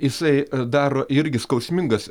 jisai daro irgi skausmingas